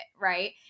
Right